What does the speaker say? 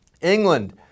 England